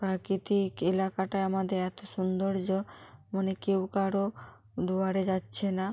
প্রাকিতিক এলাকাটায় আমাদের এতো সুন্দর্য মনে কেউ কারো দুয়ারে যাচ্ছে না